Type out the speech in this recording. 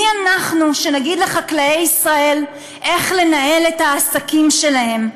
מי אנחנו שנגיד לחקלאי ישראל איך לנהל את העסקים שלהם?